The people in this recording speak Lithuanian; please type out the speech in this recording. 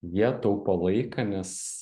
jie taupo laiką nes